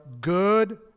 good